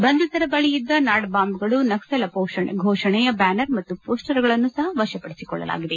ಬಂಧಿತರ ಬಳಿ ಇದ್ದ ನಾಡಬಾಂಬ್ಗಳು ನಕ್ಸಲ್ ಘೋಷಣೆಯ ಬ್ಯಾನರ್ ಮತ್ತು ಪೋಸ್ಸರ್ಗಳನ್ನು ವಶಪದಿಸಿಕೊಳ್ಳಲಾಗಿದೆ